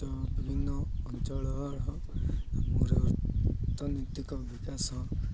ବିଭିନ୍ନ ଅଞ୍ଚଳ ଅର୍ଥନୈତିକ ବିକାଶ